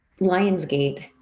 Lionsgate